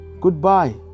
goodbye